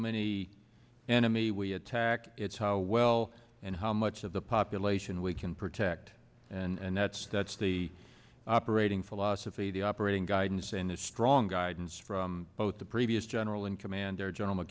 many enemy we attack it's how well and how much of the population we can protect and that's that's the operating philosophy the operating guidance and a strong guidance from both the previous general and commander gen